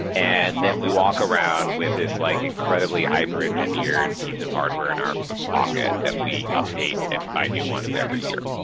and then we walk around with this like incredibly hyper engineered piece of hardware in our pocket that we update and buy new ones every year.